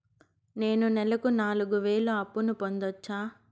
నేను నెలకు నాలుగు వేలు అప్పును పొందొచ్చా?